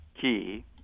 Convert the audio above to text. key